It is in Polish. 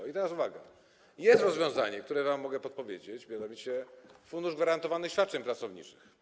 I teraz uwaga, jest rozwiązanie, które wam mogę podpowiedzieć, mianowicie Fundusz Gwarantowanych Świadczeń Pracowniczych.